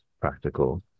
practical